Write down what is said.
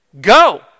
Go